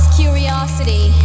curiosity